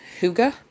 Huga